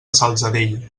salzadella